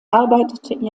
arbeitete